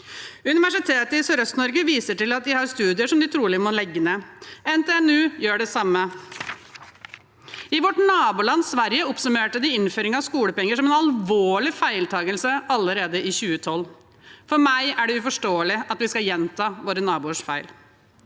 Universitetet i SørøstNorge viser til at de har studier som de trolig må legge ned. NTNU gjør det samme. I vårt naboland Sverige oppsummerte de innføring av skolepenger som en alvorlig feiltakelse allerede i 2012. For meg er det uforståelig at vi skal gjenta våre naboers feil.